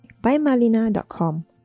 bymalina.com